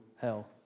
hell